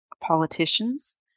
politicians